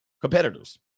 competitors